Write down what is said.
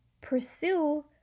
pursue